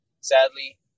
sadly